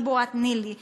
גיבורת ניל"י,